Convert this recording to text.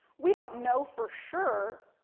we don't know for sure,